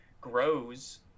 grows